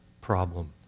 problem